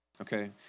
Okay